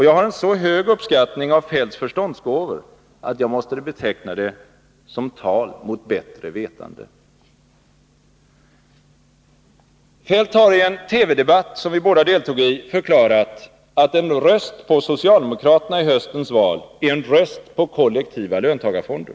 Jag har en så hög uppskattning av herr Feldts förståndsgåvor att jag måste beteckna detta som tal mot bättre vetande. Kjell-Olof Feldt har i en TV-debatt, som vi båda deltog i, förklarat att en röst på socialdemokraterna i höstens val är en röst på kollektiva löntagarfonder.